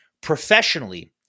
Professionally